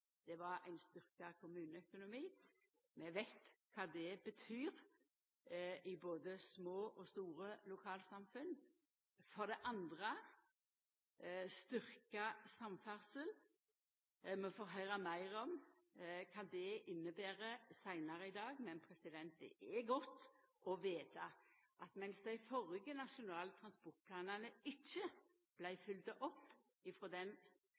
Det var ein styrkt kommuneøkonomi – vi veit kva det betyr – i både små og store lokalsamfunn. For det andre: styrkt samferdsel. Vi får høyra meir om kva det inneber seinare i dag, men det er godt å vita at medan dei førre nasjonale transportplanane ikkje